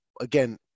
again